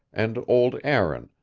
and old aaron,